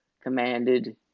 commanded